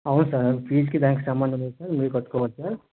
అవును sir fee కి దానికి సంబంధం లేదు సార్ మీరే కట్టుకోవాలి సార్